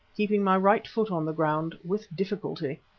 keeping my right foot on the ground with difficulty.